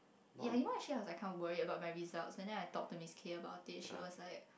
ya you know actually I was kind of worried about my results and then I talked to Miss kay about it she was like